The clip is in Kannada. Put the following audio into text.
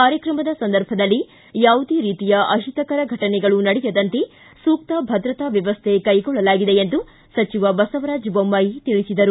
ಕಾರ್ಯಕ್ರಮದ ಸಂದರ್ಭದಲ್ಲಿ ಯಾವುದೇ ರೀತಿಯ ಅಹಿತಕರ ಫಟನೆಗಳು ನಡೆಯದಂತೆ ಸೂಕ್ತ ಭದ್ರತಾ ವ್ಯವಸ್ಥೆ ಕೈಗೊಳ್ಳಲಾಗಿದೆ ಎಂದು ಸಚಿವ ಬಸವರಾಜ ಬೊಮ್ವಾಯಿ ತಿಳಿಸಿದರು